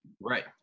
Right